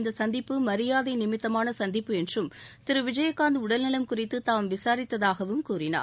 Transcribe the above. இந்த சந்திப்பு மரியாதை நிமித்தமான சந்திப்பு என்றும் திரு விஜயகாந்த் உடல்நலம் குறித்து தாம் விசாரித்ததாகவும் கூறினார்